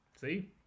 See